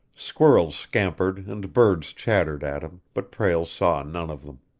squirrels scampered and birds chattered at him, but prale saw none of them.